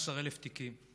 18,000 תיקים.